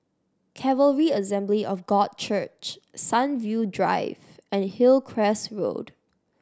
Calvary Assembly of God Church Sunview Drive and Hillcrest Road